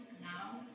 now